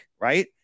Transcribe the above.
right